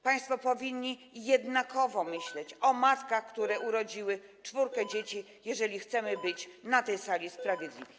Państwo powinniście jednakowo myśleć o matkach, które urodziły czwórkę dzieci, jeżeli chcemy być na tej sali sprawiedliwi.